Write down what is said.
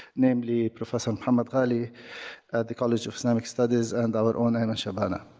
namely professor mohammed ghaly at the college of islamic studies and our own ayman shabana.